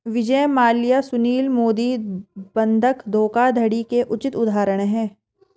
विजय माल्या सुशील मोदी बंधक धोखाधड़ी के उचित उदाहरण है